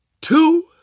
two